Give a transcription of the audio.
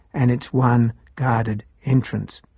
and its one guarded entrance.